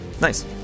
Nice